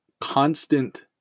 constant